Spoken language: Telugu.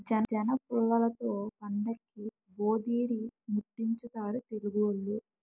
జనపుల్లలతో పండక్కి భోధీరిముట్టించుతారు తెలుగోళ్లు